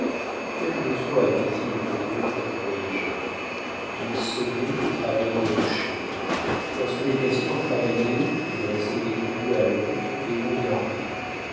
quel besoin avaientils de routes pour voyager ils semaient au travers des rochers lorsque les castors travaillaient ils restaient étendus à l'ombre et regardaient